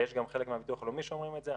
ויש גם חלק מהביטוח הלאומי שאומרים את זה,